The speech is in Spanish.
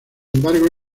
embargo